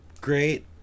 great